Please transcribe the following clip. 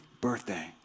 birthday